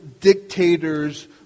dictators